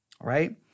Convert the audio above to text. right